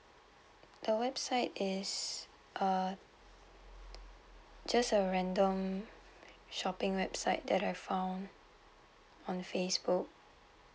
a website is uh just a random shopping website that I found on Facebook